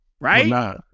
Right